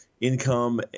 income